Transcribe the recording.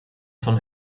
von